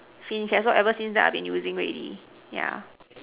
since ever ever since I have been using already